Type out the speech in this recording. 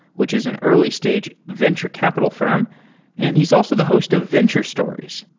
which is an early-stage venture capital firm and he's also the host of venture stories.